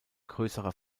großer